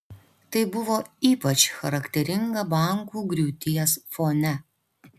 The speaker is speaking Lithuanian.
tai buvo ypač charakteringa bankų griūties fone